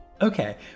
Okay